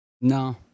No